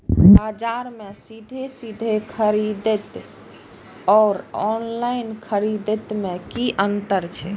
बजार से सीधे सीधे खरीद आर ऑनलाइन खरीद में की अंतर छै?